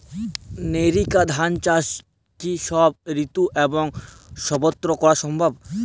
NERICA ধান চাষ কি সব ঋতু এবং সবত্র করা সম্ভব?